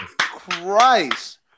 Christ